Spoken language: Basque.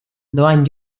doan